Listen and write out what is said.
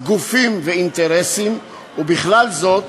גופים ואינטרסים, ובכלל זאת